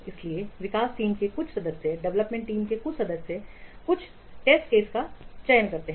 इसलिए विकास टीम के कुछ सदस्य कुछ परीक्षण मामलों का चयन करते हैं